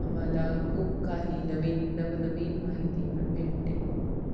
आम्हाला खूप काही नवीन नवनवीन माहिती मि भेटते